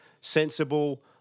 sensible